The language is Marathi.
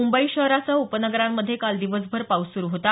मुंबई शहरासह उपनगरांमध्ये काल दिवसभर पाऊस सुरु होता